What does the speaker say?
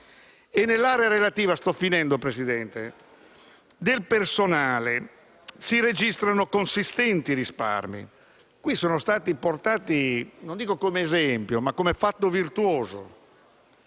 Nell'area relativa al personale si registrano consistenti risparmi, che sono stati portati, non dico come esempio, ma come fatto virtuoso.